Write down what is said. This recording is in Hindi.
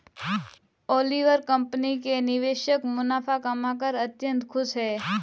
ओलिवर कंपनी के निवेशक मुनाफा कमाकर अत्यंत खुश हैं